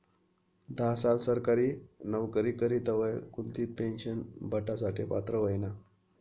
धा साल सरकारी नवकरी करी तवय कुलदिप पेन्शन भेटासाठे पात्र व्हयना